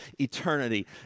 eternity